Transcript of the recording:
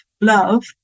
love